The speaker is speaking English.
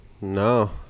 No